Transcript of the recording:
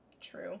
True